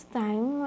time